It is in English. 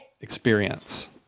experience